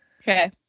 Okay